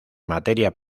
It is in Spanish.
materia